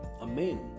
Amen